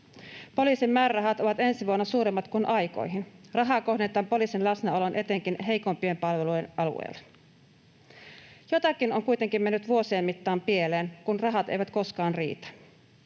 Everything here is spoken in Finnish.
Poliisin määrärahat ovat ensi vuonna suuremmat kuin aikoihin. Rahaa kohdennetaan poliisin läsnäoloon etenkin heikompien palvelujen alueilla. Jotakin on kuitenkin mennyt vuosien mittaan pieleen, kun rahat eivät koskaan riitä.